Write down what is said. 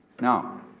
Now